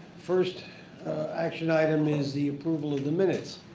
first action item is the approval of the minutes.